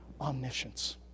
omniscience